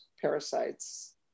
parasites